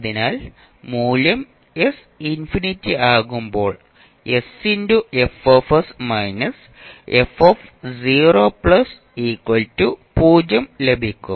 അതിനാൽ മൂല്യം s infinity ആകുമ്പോൾ ലഭിക്കും